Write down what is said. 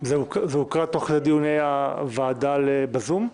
זה הוקרא תוך כדי דיוני הוועדה ב"זום"?